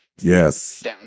yes